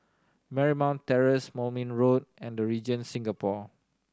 Marymount Terrace Moulmein Road and The Regent Singapore